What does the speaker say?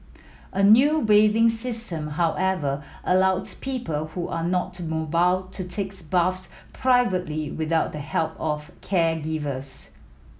a new bathing system however allows people who are not mobile to takes baths privately without the help of caregivers